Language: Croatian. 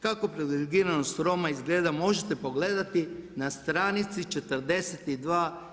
Kako privilegiranost Roma izgleda možete pogledati na stranici 42.